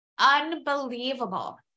unbelievable